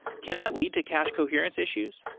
can that lead to cash coherence issues?